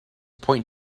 point